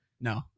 No